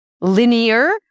linear